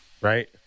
Right